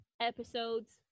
episodes